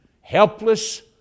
helpless